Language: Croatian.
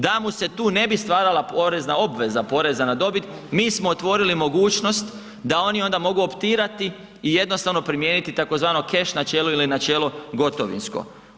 Da mu se tu ne bi stvarala porezna obveza poreza na dobit, mi smo otvorili mogućnost da oni onda mogu optirati i jednostavno primijeniti tzv. keš načelo ili načelo gotovinsko.